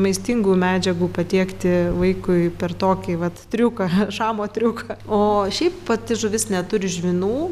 maistingų medžiagų patiekti vaikui per tokį vat triuką šamo triuką o šiaip pati žuvis neturi žvynų